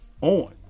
on